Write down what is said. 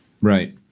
Right